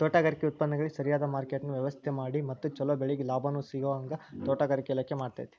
ತೋಟಗಾರಿಕೆ ಉತ್ಪನ್ನಗಳಿಗ ಸರಿಯದ ಮಾರ್ಕೆಟ್ನ ವ್ಯವಸ್ಥಾಮಾಡಿ ಮತ್ತ ಚೊಲೊ ಬೆಳಿಗೆ ಲಾಭಾನೂ ಸಿಗೋಹಂಗ ತೋಟಗಾರಿಕೆ ಇಲಾಖೆ ಮಾಡ್ತೆತಿ